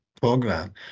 program